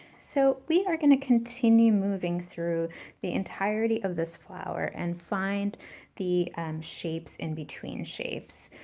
so we are going to continue moving through the entirety of this flower and find the and shapes in between shapes.